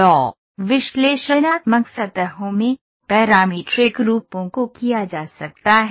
तो विश्लेषणात्मक सतहों में पैरामीट्रिक रूपों को किया जा सकता है